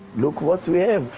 look what we have.